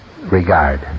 regard